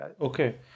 Okay